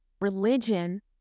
religion